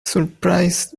surprised